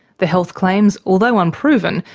the health claims, although unproven,